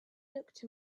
looked